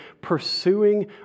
pursuing